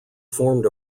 formed